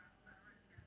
okay or not